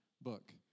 book